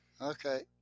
okay